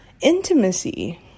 intimacy